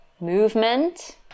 movement